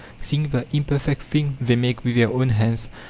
seeing the imperfect thing they make with their own hands,